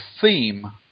theme